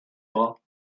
bras